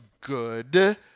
good